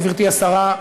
גברתי השרה,